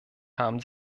haben